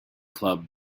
club